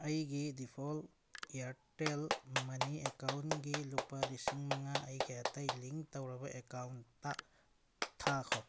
ꯑꯩꯒꯤ default Airtel money ꯑꯦꯀꯥꯎꯟꯒꯤ ꯂꯨꯄꯥ ꯂꯤꯁꯤꯡ ꯃꯉꯥ ꯑꯩꯒꯤ ꯑꯇꯩ ꯂꯤꯡ ꯇꯧꯔꯕ ꯑꯦꯀꯥꯎꯟꯇ ꯊꯥꯈꯣ